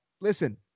listen